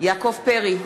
יעקב פרי,